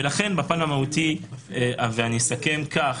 ולכן, בפן המהותי, ואני אסכם כך,